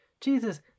Jesus